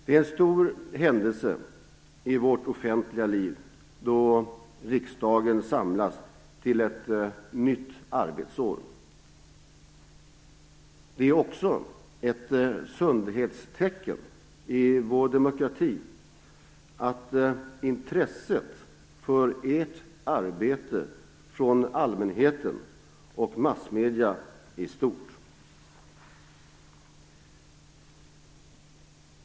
Det är en stor händelse i vårt offentliga liv då riksdagen samlas till ett nytt arbetsår. Det är också ett sundhetstecken i vår demokrati att intresset för ert arbete från allmänheten och massmedia är stort.